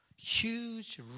Huge